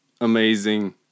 amazing